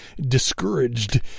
discouraged